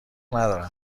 ندارم